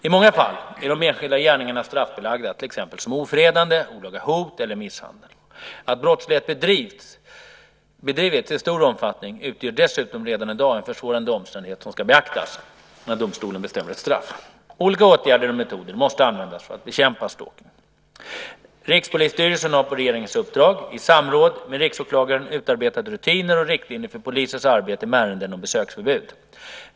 I många fall är de enskilda gärningarna straffbelagda, som till exempel ofredande, olaga hot eller misshandel. Att brottslighet bedrivits i stor omfattning utgör dessutom redan i dag en försvårande omständighet som ska beaktas när domstolen bestämmer ett straff. Olika åtgärder och metoder måste användas för att bekämpa stalking . Rikspolisstyrelsen har på regeringens uppdrag, i samråd med Riksåklagaren, utarbetat rutiner och riktlinjer för polisens arbete med ärenden om besöksförbud.